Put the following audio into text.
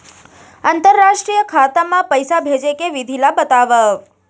अंतरराष्ट्रीय खाता मा पइसा भेजे के विधि ला बतावव?